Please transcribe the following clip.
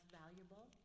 valuable